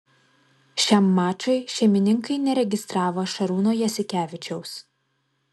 šiam mačui šeimininkai neregistravo šarūno jasikevičiaus